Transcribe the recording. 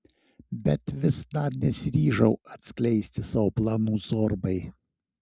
bet vis dar nesiryžau atskleisti savo planų zorbai